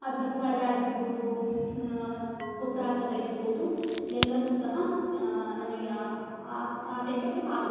ಅದ್ರದ್ದು ಕಳೆ ಆಗಿರ್ಬೋದು ಗೊಬ್ಬರ ಹಾಕೋದ್ ಆಗಿರ್ಬೋದು ಎಲ್ಲ ಸಹ ನಮಗೆ ಆ ಟೈಮಲ್ಲಿ ಆಗುತ್ತೆ